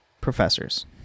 professors